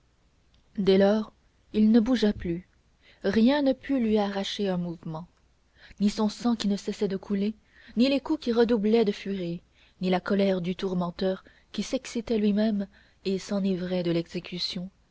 dès lors il ne bougea plus rien ne put lui arracher un mouvement ni son sang qui ne cessait de couler ni les coups qui redoublaient de furie ni la colère du tourmenteur qui s'excitait lui-même et s'enivrait de l'exécution